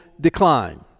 decline